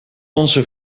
onze